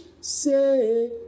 say